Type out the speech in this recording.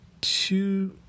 two